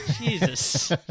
Jesus